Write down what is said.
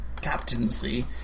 captaincy